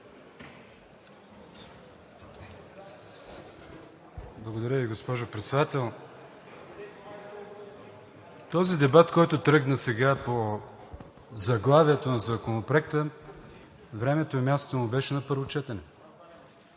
Благодаря Ви, госпожо Председател. Този дебат, който тръгна сега по заглавието на Законопроекта, времето и мястото му беше на първо четене.